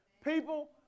People